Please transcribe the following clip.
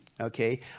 Okay